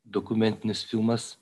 dokumentinis filmas